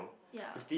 ya